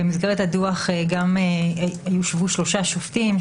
במסגרת הדוח ישבו גם שלושה שופטים,